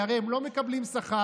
כי הרי הם לא מקבלים שכר.